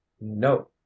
No